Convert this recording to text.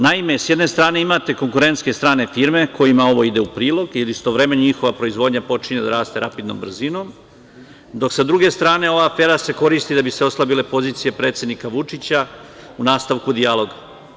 Naime, sa jedne strane imate konkurentske strane firme kojima ovo ide u prilog i istovremeno njihova proizvodnja počinje da raste rapidnom brzinom, dok sa druge strane se ova afera koristi da bi se oslabile pozicije predsednika Vučića u nastavku dijaloga.